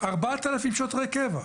קצת פחות מ-4,000 שוטרי קבע.